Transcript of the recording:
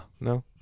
No